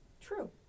True